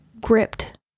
gripped